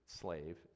slave